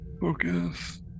Focus